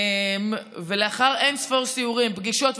ולאחר אין-ספור סיורים ופגישות,